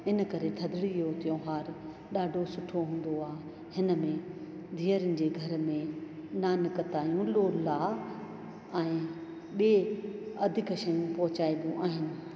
इन करे थधिड़ी जो तहिवारु ॾाढो सुठो हूंदो आहे हिन में धीअरनि जी घर में नानकतायूं लोला ऐं ॿिए अधिक शयूं पहुचाइबो आहिनि